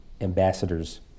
ambassadors